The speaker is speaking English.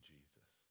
Jesus